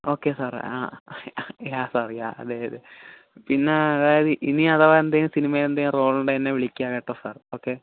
okay sir ആഹ് yeah sir yeah അതെ അതെ പിന്നെ അതായത് ഇനി അഥവാ എന്തേലും സിനിമയിൽ എന്തേലും റോൾ ഉണ്ടെങ്കിൽ എന്നേ വിളിക്കാവേട്ടോ സാർ